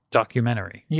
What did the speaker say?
documentary